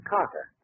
Carter